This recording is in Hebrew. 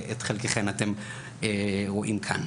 שאת חלקם אתם רואים כאן,